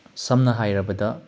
ꯁꯝꯅ ꯍꯥꯏꯔꯕꯗ